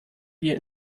wir